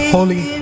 holy